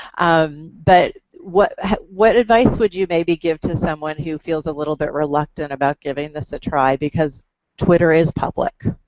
ah but what what advice would you maybe give to someone who feels a little bit reluctant about giving this a try because twitter is public?